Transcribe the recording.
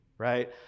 right